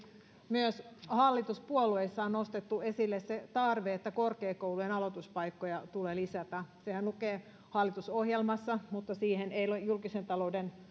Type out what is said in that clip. myös hallituspuolueissa on nostettu esille se tarve että korkeakoulujen aloituspaikkoja tulee lisätä sehän lukee hallitusohjelmassa mutta siihen ei ole julkisen talouden